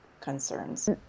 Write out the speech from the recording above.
concerns